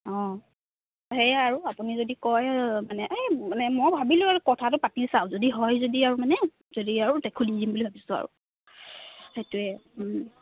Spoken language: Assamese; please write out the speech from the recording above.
অঁ সেয়াই আৰু আপুনি যদি কয় মানে এই মানে মই ভাবিলোঁ আৰু কথাটো পাতি চাওঁ যদি হয় যদি আৰু মানে যদি আৰু দেখো দি দিম বুলি ভাবিছোঁ আৰু সেইটোৱে